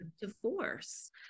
divorce